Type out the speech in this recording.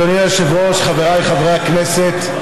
אדוני היושב-ראש, חבריי חברי הכנסת,